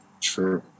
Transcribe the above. True